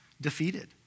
defeated